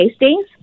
tastings